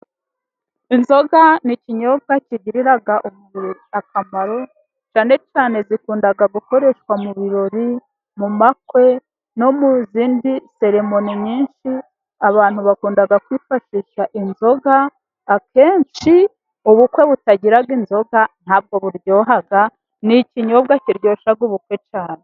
Inzoga ni ikinyobwa kigirira umubiri akamaro cyane cyane zikunda gukoreshwa mu birori mu makwe, no mu zindi selemoni nyinshi abantu bakunda kwifashisha inzoga akenshi ubukwe butagira inzoga ntabwo buryoha, ni ikinyobwa kiryoshya ubukwe cyane.